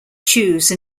choose